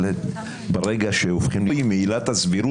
אבל ברגע שהופכים להיות דיקטטורים קטנים,